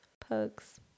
pugs